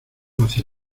hacia